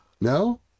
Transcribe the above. no